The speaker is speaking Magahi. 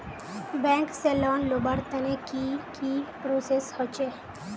बैंक से लोन लुबार तने की की प्रोसेस होचे?